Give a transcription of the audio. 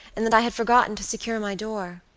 and that i had forgotten to secure my door.